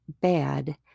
bad